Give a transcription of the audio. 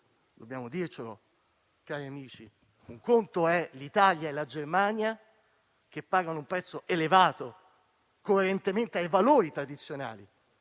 Dobbiamo dircelo, cari amici: l'Italia e la Germania pagano un prezzo elevato, coerentemente ai valori tradizionali